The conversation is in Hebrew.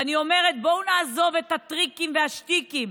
ואני אומרת, בואו נעזוב את הטריקים והשטיקים,